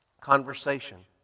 conversation